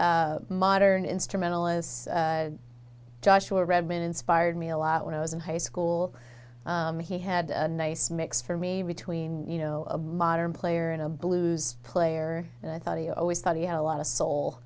say modern instrumentalists joshua redman inspired me a lot when i was in high school and he had a nice mix for me between you know a modern player and a blues player and i thought he always thought he had a lot of soul